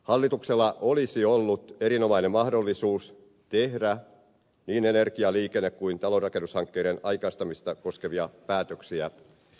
hallituksella olisi ollut erinomainen mahdollisuus tehdä niin energia liikenne kuin talonrakennushankkeiden aikaistamista koskevia päätöksiä